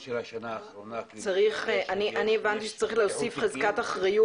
אני הבנתי שצריך להוסיף לקיחת אחריות